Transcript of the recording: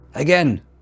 Again